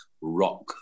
rock